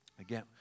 Again